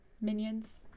minions